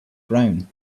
brown